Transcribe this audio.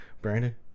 Brandon